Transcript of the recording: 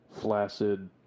flaccid